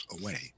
away